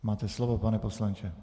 Máte slovo, pane poslanče.